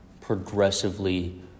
progressively